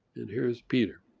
and here's peter.